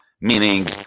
meaning